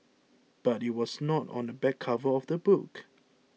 but it was not on the back cover of the book